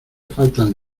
faltan